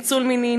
ניצול מיני,